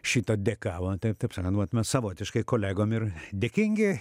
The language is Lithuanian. šito dėka va taip taip sakant nu vat mes savotiškai kolegom ir dėkingi